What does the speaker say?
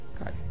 Okay